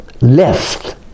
left